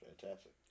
fantastic